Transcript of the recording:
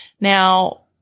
Now